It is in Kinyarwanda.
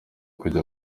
kujya